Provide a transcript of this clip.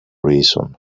reason